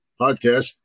podcast